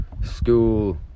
school